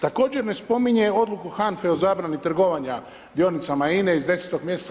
Također ne spominje odluku HANFA-e o zabrani trgovanja dionicama INA-e iz 10. mj.